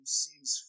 seems